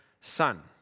son